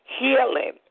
healing